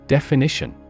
Definition